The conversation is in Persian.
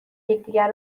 یکدیگر